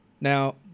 Now